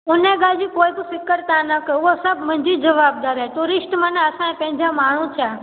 उन ॻाल्हि जी कोई बि कुझु फिक़्रु तव्हां न कयो उहा सभु मुंहिंजी जवाबदारी आहे टूरिस्ट मान असां पंहिंजा माण्हू थिया